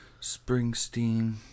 Springsteen